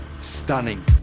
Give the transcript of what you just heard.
stunning